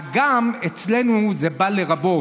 ה"גם" אצלנו בא לרבות: